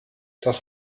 das